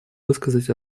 высказать